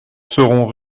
serons